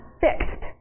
fixed